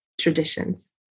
traditions